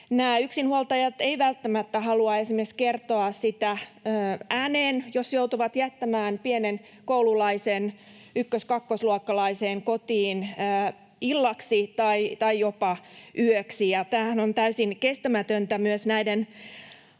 yksinhuoltajat eivät välttämättä halua esimerkiksi kertoa sitä ääneen, jos joutuvat jättämään pienen koululaisen, ykkös-, kakkosluokkalaisen kotiin illaksi tai jopa yöksi. Tämähän on täysin kestämätöntä myös näiden